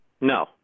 No